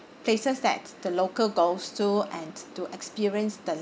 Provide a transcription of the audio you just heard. places that the local goes to and to experience the